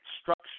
structure